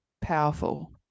powerful